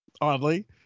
oddly